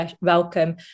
welcome